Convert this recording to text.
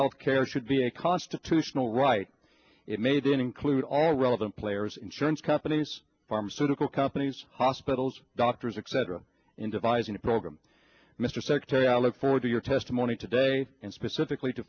health care should be a constitutional right it made include all relevant players insurance companies pharmaceutical companies hospitals doctors etc in devising a program mr secretary i look forward to your testimony today and specifically to